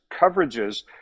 coverages